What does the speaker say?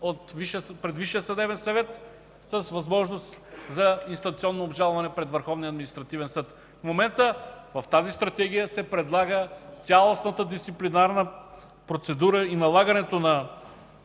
пред Висшия съдебен съвет с възможност за инстанционно обжалване пред Върховния административен съд. В момента в Стратегията цялостната дисциплинарна процедура и единствено